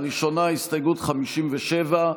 הראשונה, הסתייגות 57,